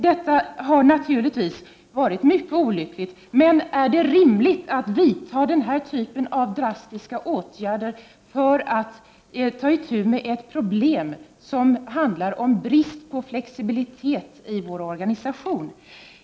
Detta har naturligtvis varit mycket olyckligt, men är det rimligt att vidta den här typen av drastiska åtgärder för att ta itu med ett problem som handlar om brist på flexibilitet i vår organisation?